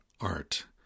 art